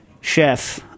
chef